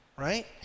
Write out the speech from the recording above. Right